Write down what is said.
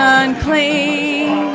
unclean